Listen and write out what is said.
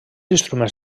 instruments